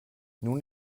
nun